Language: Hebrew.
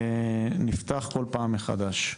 נפתח כל פעם מחדש.